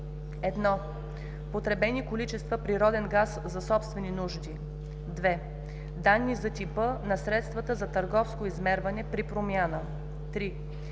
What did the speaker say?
1. потребени количества природен газ за собствени нужди; 2. данни за типа на средствата за търговско измерване, при промяна; 3.